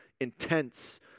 intense